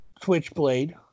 Twitchblade